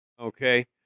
okay